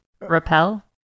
Repel